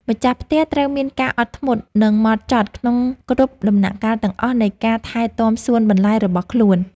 ម្ចាស់ផ្ទះត្រូវមានការអត់ធ្មត់ និងហ្មត់ចត់ក្នុងគ្រប់ដំណាក់កាលទាំងអស់នៃការថែទាំសួនបន្លែរបស់ខ្លួន។